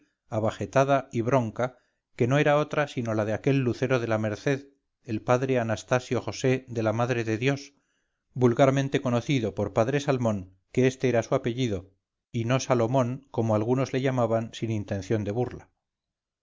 abajetada y bronca que no era otra sino la de aquel lucero de la merced el padre anastasio josé de la madre de dios vulgarmente conocido por padre salmón que este era su apellido y no salomón como algunos le llamaban sin intención de burla